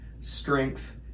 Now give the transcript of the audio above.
strength